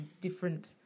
different